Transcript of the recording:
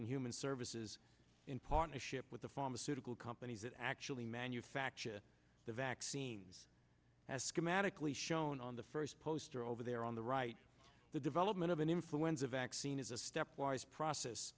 and human services in partnership with the pharmaceutical companies that actually manufacture the vaccines as schematically shown on the first poster over there on the right the development of an influenza vaccine is a stepwise process